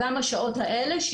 גם בשעות האלה,